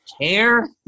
care